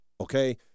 Okay